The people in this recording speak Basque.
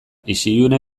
isilune